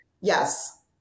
Yes